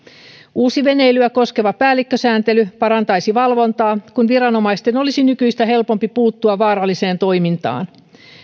uusi veneilyä koskeva päällikkösääntely parantaisi valvontaa kun viranomaisten olisi nykyistä helpompi puuttua vaaralliseen toimintaan